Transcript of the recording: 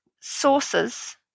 sources